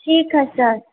ठीक है सर